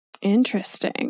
interesting